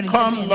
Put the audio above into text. Come